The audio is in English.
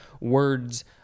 words